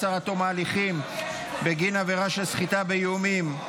מעצר עד תום ההליכים בגין עבירה של סחיטה באיומים),